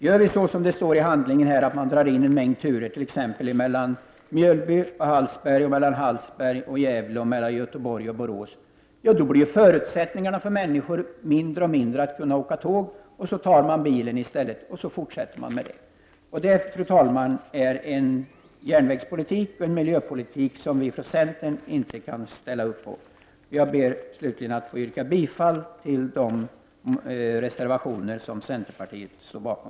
Gör vi som det står i handlingen, nämligen att man drar in en mängd turer — t.ex. mellan Mjölby och Hallsberg, Hallsberg och Gävle, Göteborg och Borås — blir förutsättningarna för människor att kunna åka tåg mindre och mindre. Man får ta bilen i stället, och sedan fortsätter man med det. Detta är, fru talman, en järnvägsoch en miljöpolitik som vi från centern inte kan ställa upp på. Jag ber slutligen att få yrka bifall till de reservationer som centern står bakom.